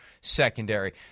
secondary